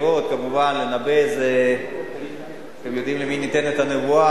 כמובן שלנבא זה, אתם יודעים למי ניתנת הנבואה.